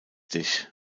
dich